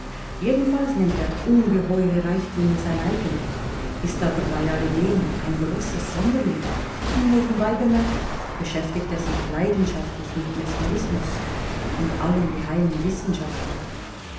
jedenfalls nennt er ungeheuere reichtümer sein eigen ist aber bei alledem ein großer sonderling und nebenbei bemerkt beschäftigt er sich leidenschaftlich mit mesmerismus und allen geheimen wissenschaften